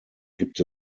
gibt